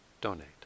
donate